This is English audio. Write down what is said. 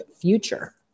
Future